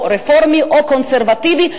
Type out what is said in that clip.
רפורמי או קונסרבטיבי.